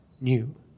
new